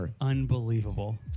unbelievable